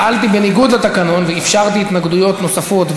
פעלתי בניגוד לתקנון ואפשרתי התנגדויות נוספות,